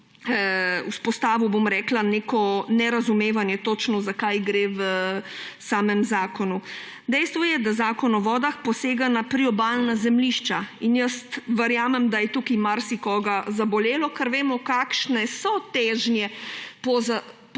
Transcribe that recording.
vzpostavilo neko nerazumevanje, točno, za kaj gre v samem zakonu. Dejstvo je, da Zakon o vodah posega na priobalna zemljišča in verjamem, da je tukaj marsikoga zabolelo, ker vemo, kakšno so težje po pozidavi